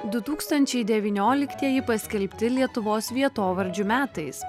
du tūkstančiai devynioliktieji paskelbti lietuvos vietovardžių metais